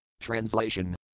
Translation